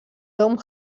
tom